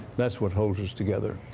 that's what holds us together.